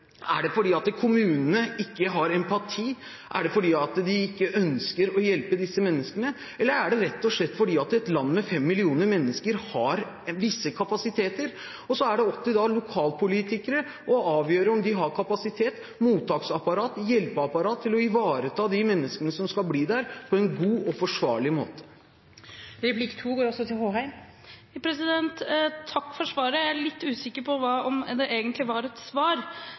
bli bosatt fordi de har fått opphold i Norge? Er det fordi kommunene ikke har empati? Er det fordi de ikke ønsker å hjelpe disse menneskene, eller er det rett og slett fordi et land med 5 millioner mennesker har visse kapasiteter? Så er det opp til lokalpolitikere å avgjøre om de har kapasitet, mottaksapparat, hjelpeapparat, til å ivareta de menneskene som skal bli der, på en god og forsvarlig måte. Jeg er litt usikker på om det egentlig var et svar.